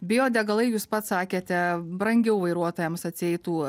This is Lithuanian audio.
biodegalai jūs pats sakėte brangiau vairuotojams atsieitų